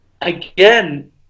again